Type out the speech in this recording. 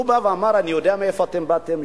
הוא בא ואמר: אני יודע מאיפה אתם באתם,